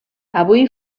avui